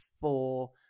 four